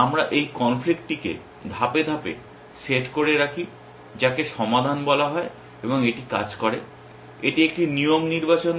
আমরা এই কনফ্লিক্টটিকে ধাপে ধাপে সেট করে রাখি যাকে সমাধান বলা হয় এবং এটি কাজ করে এটি একটি নিয়ম নির্বাচন করে